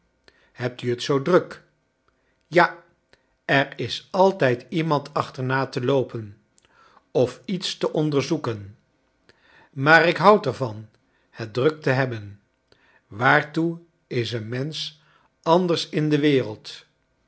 hebt u t zoo druk ja er is altijd iemand achterna te loopen of iets te onderzoeken maar ik houd er van het druk te hebben waartoe is een mensch anders in de wereld